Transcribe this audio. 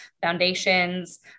foundations